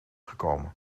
gekomen